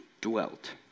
dwelt